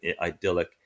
idyllic